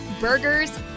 burgers